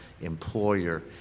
employer